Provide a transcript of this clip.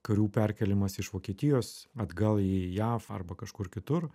karių perkėlimas iš vokietijos atgal į jav arba kažkur kitur